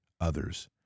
others